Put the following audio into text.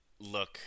look